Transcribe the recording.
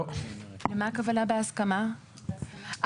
לא, לא,